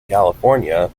california